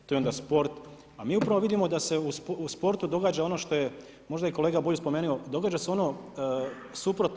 Tu je onda sport, a mi upravo vidimo da se u sportu događa ono što je možda i kolega Bulj spomenuo, događa se ono suprotno.